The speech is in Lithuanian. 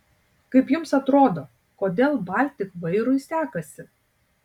kaip jums atrodo kodėl baltik vairui sekasi